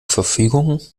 verfügung